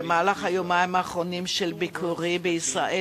במהלך היומיים האחרונים של ביקורי בישראל,